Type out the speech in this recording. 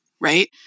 right